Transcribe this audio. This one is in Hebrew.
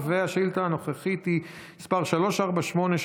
השאילתה הנוכחית היא מס' 348,